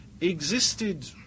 existed